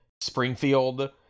Springfield